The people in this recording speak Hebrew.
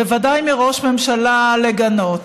בוודאי מראש ממשלה, לגנות.